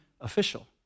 official